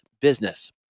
business